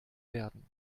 werden